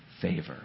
favor